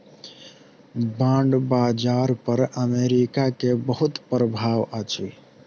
bond बाजार पर America के बहुत प्रभाव अछि